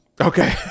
Okay